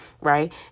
right